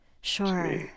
Sure